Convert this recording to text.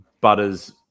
Butters